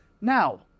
now